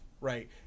right